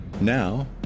Now